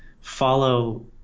follow